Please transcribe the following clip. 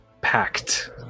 Packed